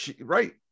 Right